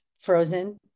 frozen